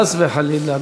חס וחלילה,